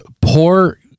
poor